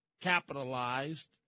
capitalized